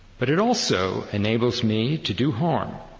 but it also enables me to do harm,